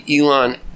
Elon